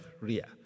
ria